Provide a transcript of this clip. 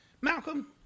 Malcolm